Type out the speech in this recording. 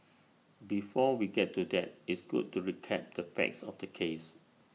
before we get to that it's good to recap the facts of the case